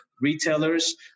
retailers